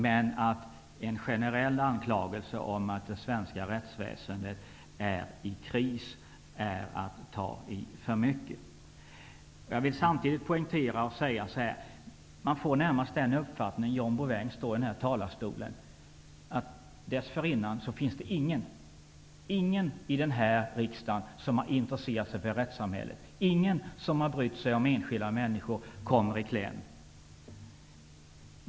Men en generell anklagelse om att det svenska rättsväsendet befinner sig i kris är att ta i för mycket. När John Bouvin står i talarstolen, får man närmast den uppfattningen att dessförinnan inte någon i denna riksdag har intresserat sig för rättssamhället, inte någon har brytt sig om att enskilda människor kommer i kläm.